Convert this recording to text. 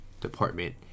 department